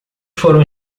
foram